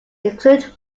include